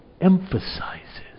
emphasizes